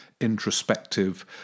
introspective